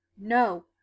no